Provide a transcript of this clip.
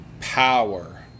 power